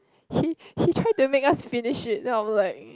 he he try to make us finish it then I'm like